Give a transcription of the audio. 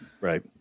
Right